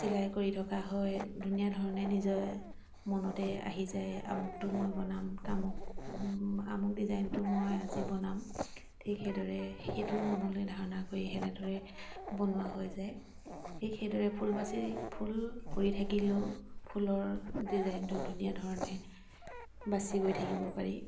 চিলাই কৰি থকা হয় ধুনীয়া ধৰণে নিজৰ মনতে আহি যায় আমুকটো মই বনাম তামুক আমুক ডিজাইনটো মই আজি বনাম ঠিক সেইদৰে সেইটোৰ মনলৈ ধাৰণা কৰি তেনেদৰে বনোৱা হৈ যায় ঠিক সেইদৰে ফুল বাচি ফুল কৰি থাকিলেও ফুলৰ ডিজাইনটো ধুনীয়া ধৰণে বাচি গৈ থাকিব পাৰি